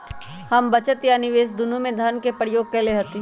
हम बचत आ निवेश दुन्नों में धन के प्रयोग कयले हती